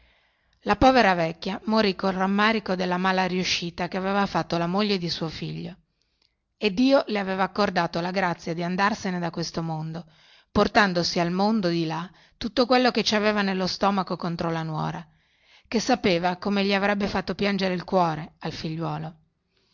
la povera vecchia era morta col rammarico della mala riuscita che aveva fatto la moglie di suo figlio e dio le aveva accordato la grazia di andarsene da questo mondo portandosi al mondo di là tutto quello che ci aveva nello stomaco contro la nuora e che sapeva come gli avrebbe fatto piangere il cuore al figliuolo